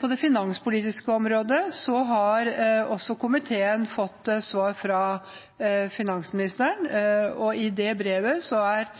På det finanspolitiske området har også komiteen fått svar fra finansministeren. I det brevet er